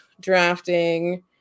drafting